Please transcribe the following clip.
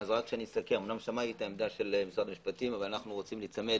אנו רוצים להיצמד